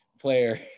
player